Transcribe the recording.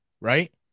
right